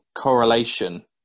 correlation